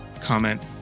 comment